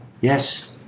Yes